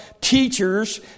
teachers